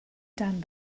done